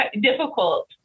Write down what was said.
difficult